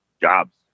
jobs